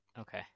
Okay